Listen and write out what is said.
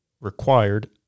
required